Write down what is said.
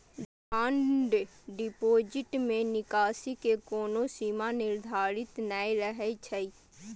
demand deposit मे निकासी के कोनो सीमा निर्धारित नै रहै छै